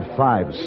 five